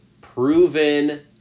proven